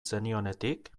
zenionetik